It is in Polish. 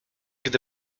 gdy